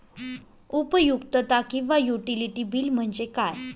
उपयुक्तता किंवा utility bill म्हणजे काय?